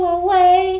away